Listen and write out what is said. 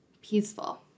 peaceful